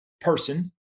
person